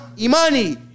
Imani